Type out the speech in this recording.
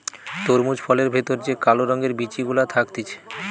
তরমুজ ফলের ভেতর যে কালো রঙের বিচি গুলা থাকতিছে